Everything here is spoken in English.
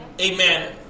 amen